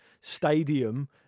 stadium